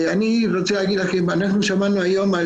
אני רוצה להגיד לכם - אנחנו שמענו היום על